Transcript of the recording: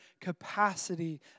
capacity